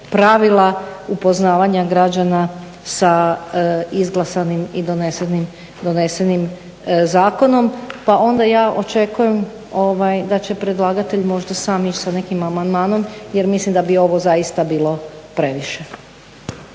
pravila upoznavanja građana sa izglasanim i donesenim zakonom. Pa onda ja očekujem da će predlagatelj možda sam ići sa nekim amandmanom jer mislim da bi ovo zaista bilo previše.